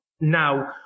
now